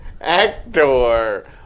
Actor